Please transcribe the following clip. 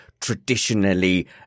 traditionally